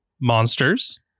monsters